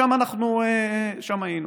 שם היינו.